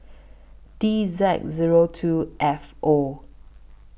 D Z Zero two F O